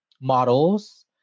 models